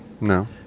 No